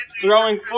throwing